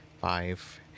five